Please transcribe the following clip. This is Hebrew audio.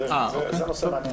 זה נושא מעניין.